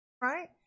Right